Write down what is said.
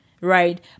Right